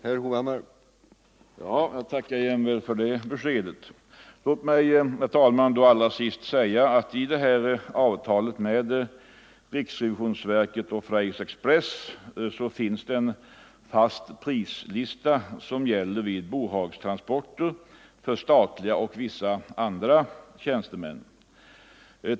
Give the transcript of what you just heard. Herr talman! Jag tackar jämväl för det beskedet. Låt mig, herr talman, allra sist påpeka att det i avtalet mellan riksrevisionsverket och Freys Express finns en fast prislista, som gäller vid bohagstransporter för statliga och vissa andra tjänstemän.